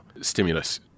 stimulus